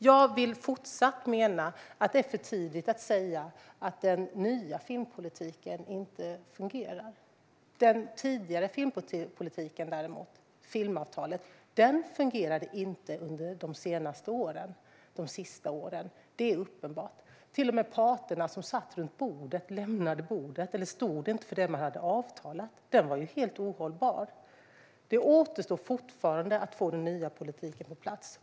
Jag vill fortsatt mena att det är för tidigt att säga att den nya filmpolitiken inte fungerar. Den tidigare filmpolitiken och filmavtalet fungerade däremot inte under de sista åren. Det är uppenbart. Till och med parterna som satt runt bordet lämnade det eller stod inte för det man hade avtalet. Politiken var helt ohållbar. Det återstår fortfarande att få den nya politiken på plats.